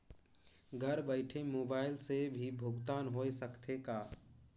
घर बइठे मोबाईल से भी भुगतान होय सकथे का?